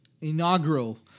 inaugural